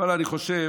אבל אני חושב